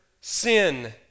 sin